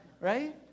right